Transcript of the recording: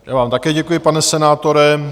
Já vám také děkuji, pane senátore.